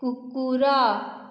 କୁକୁର